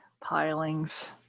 pilings